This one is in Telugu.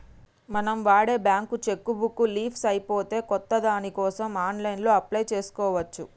మనం వాడే బ్యేంకు చెక్కు బుక్కు లీఫ్స్ అయిపోతే కొత్త దానికోసం ఆన్లైన్లో అప్లై చేసుకోవచ్చు